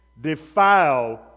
defile